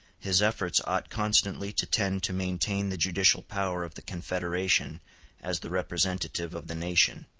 his efforts ought constantly to tend to maintain the judicial power of the confederation as the representative of the nation,